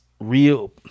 real